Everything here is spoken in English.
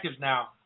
now